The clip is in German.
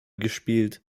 gespielt